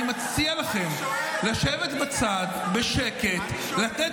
אני מציע לכם לשבת בצד בשקט ולתת